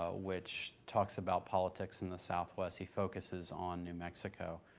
ah which talks about politics in the southwest. he focuses on new mexico.